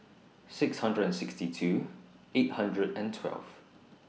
six hundred and sixty two eight hundred and twelve